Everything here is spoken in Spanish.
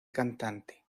cantante